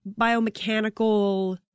biomechanical